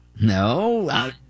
No